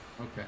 Okay